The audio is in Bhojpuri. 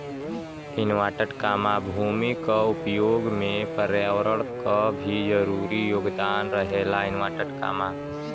भूमि क उपयोग में पर्यावरण क भी जरूरी योगदान रहेला